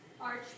Arch